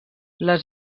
les